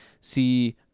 See